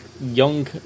young